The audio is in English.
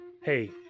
Hey